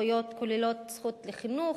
הזכויות כוללות זכות לחינוך,